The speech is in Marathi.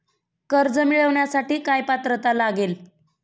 कर्ज मिळवण्यासाठी काय पात्रता लागेल?